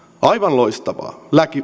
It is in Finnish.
aivan loistavaa